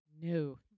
No